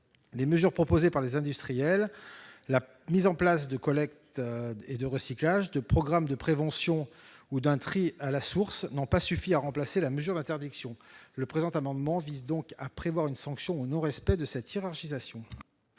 Les mesures proposées par les industriels- mise en place de collectes et de recyclages, de programmes de prévention et d'un tri à la source -n'ont pas suffi à remplacer la mesure d'interdiction. Le présent amendement vise donc à instaurer une sanction en cas de non-respect de la hiérarchie.